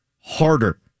harder